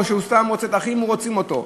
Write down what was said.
או שסתם רוצים אותו,